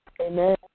Amen